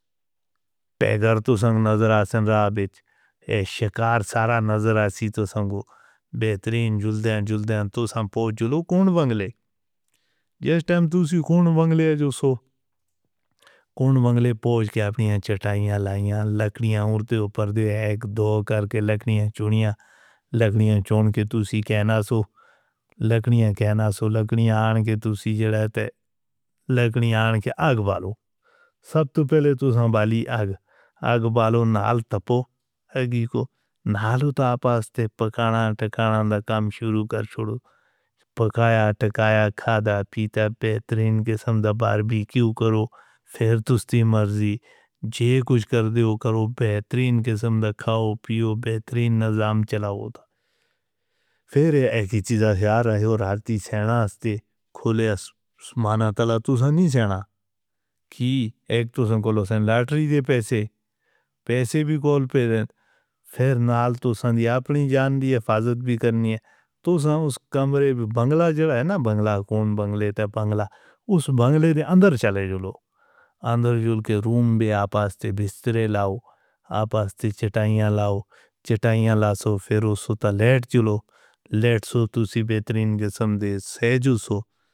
پہلے توں سنگ نظر آسن راہ بچ شکار سارا نظر آسی توں سنگو بہترین جردیاں جردیاں توں سنگو پوچ جلو کون ونگ لگے جیستے تسی کون ونگ لگے جسو کون ونگ لگے پوچ کے اپنی چٹائیاں لایاں لکڑیاں اوپر دے ایک دو کر کے لکڑیاں چونیاں لکڑیاں چون کے تسی کہنا سو لکڑیاں کہنا سو لکڑیاں آن کے تسی جڑہ تے لکڑیاں آن کے آگ والو سب توں پہلے توں سنگ بالی آگ آگ والو نال تپو ہگی کو نال اتا پاستے پکانہ ٹکانہ دا کام شروع کر چھوڑو پکایا ٹکایا کھادا پیتا بہترین قسم دا باربی کیو کرو۔ پھر تسی مرضی جے کچھ کر دیو کرو بہترین قسم دا کھاؤ پیو بہترین نظام چلاو دا۔ پھر ایک ہی چیز آتی ہے اور ہارتی سینہ آستی کھلے آسمان آتا لا توں سنگ نہیں سینا کی ایک توں سنگ کولوں سینہ لٹری دے پیسے پیسے بھی کول پہدن پھر نال توں سنگ دی اپنی جان دی حفاظت بھی کرنی ہے۔ توں سنگ اس کمرے بنگلہ جڑا ہے نا بنگلہ کون بنگلے تے بنگلہ اس بنگلے دے اندر چلے جلو اندر جل کے روم بے آپاس تے بسترے لاؤ آپاس تے چٹائیاں لاؤ چٹائیاں لاؤ سو پھر سو تا لیٹ جلو لیٹ سو تسی بہترین قسم دے سہجو سو.